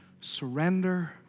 surrender